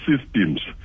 systems